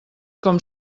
com